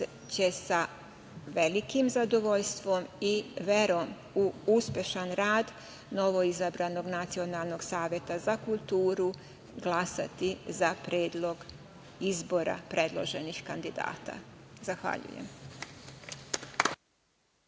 će sa velikim zadovoljstvom i verom u uspešan rad novoizabranog Nacionalnog saveta za kulturu glasati za predlog izbora predloženih kandidata. Zahvaljujem.